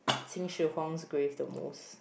Qin-Shi Huang's grave the most